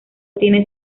tiene